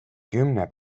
kümne